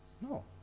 No